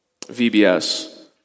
VBS